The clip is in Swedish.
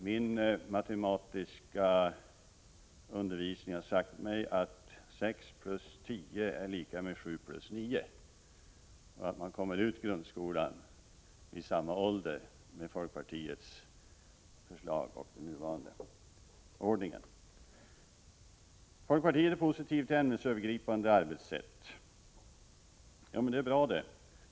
Mina matematikkunskaper säger mig att sex plus tio är lika med sju plus nio, dvs. att man går ut grundskolan vid samma ålder enligt folkpartiets förslag som med den nuvarande ordningen. Folkpartiet är positivt till ämnesövergripande arbetssätt. Det är bra.